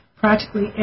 Practically